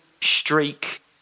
streak